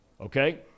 Okay